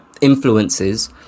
influences